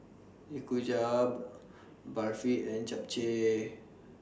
Nikujaga Barfi and Japchae